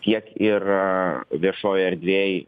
tiek ir viešojoj erdvėj